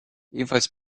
ebenfalls